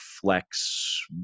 flex